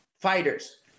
fighters